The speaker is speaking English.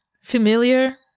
familiar